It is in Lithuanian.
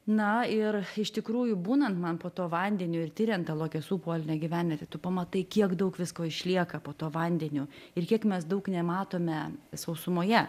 na ir iš tikrųjų būnant man po tuo vandeniu ir tiriant tą luokesų polinę gyvenvietę tu pamatai kiek daug visko išlieka po tuo vandeniu ir kiek mes daug nematome sausumoje